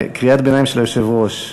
קריאת ביניים של היושב-ראש: